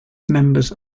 members